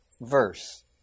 verse